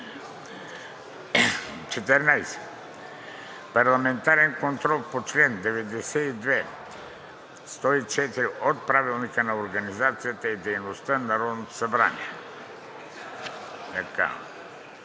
9,00 ч. 14. Парламентарен контрол по чл. 92 – 104 от Правилника за организацията и дейността на Народното събрание.“